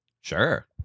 sure